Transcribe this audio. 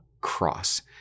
cross